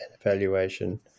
evaluation